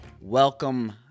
Welcome